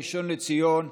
הראשון לציון,